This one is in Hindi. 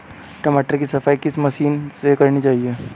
टमाटर की सफाई किस मशीन से करनी चाहिए?